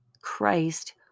Christ